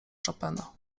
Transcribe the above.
chopina